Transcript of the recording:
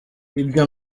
ibyo